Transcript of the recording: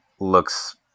Looks